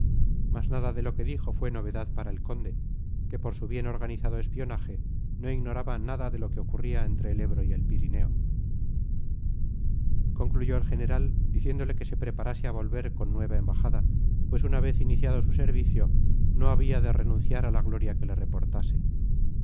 mas nada de lo que dijo fue novedad para el conde que por su bien organizado espionaje no ignoraba nada de lo que ocurría entre el ebro y el pirineo concluyó el general diciéndole que se preparase a volver con nueva embajada pues una vez iniciado su servicio no había de renunciar a la gloria que le reportase